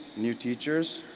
new teachers,